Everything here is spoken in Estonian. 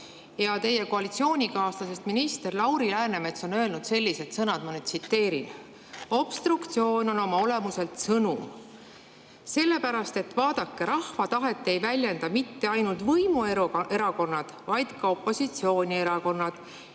kus teie koalitsioonikaaslasest minister Lauri Läänemets ütles sellised sõnad, mida ma tsiteerin: "Obstruktsioon on oma olemuselt sõnum. Sellepärast et vaadake, rahva tahet ei väljenda mitte ainult võimuerakonnad, vaid ka opositsioonierakonnad